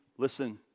Listen